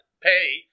pay